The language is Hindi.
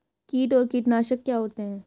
कीट और कीटनाशक क्या होते हैं?